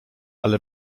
ale